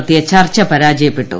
നടത്തിയ ചർച്ച പരാജയപ്പെട്ടു